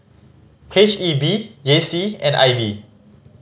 H E B J C and I B